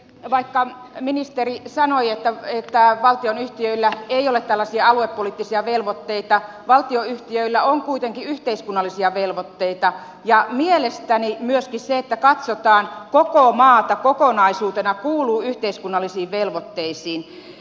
vaikka ministeri sanoi että valtionyhtiöillä ei ole tällaisia aluepoliittisia velvoitteita valtionyhtiöillä on kuitenkin yhteiskunnallisia velvoitteita ja mielestäni myöskin se että katsotaan koko maata kokonaisuutena kuuluu yhteiskunnallisiin velvoitteisiin